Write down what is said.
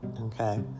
Okay